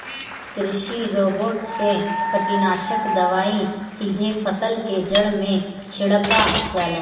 कृषि रोबोट से कीटनाशक दवाई सीधे फसल के जड़ में छिड़का जाला